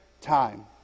time